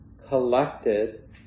collected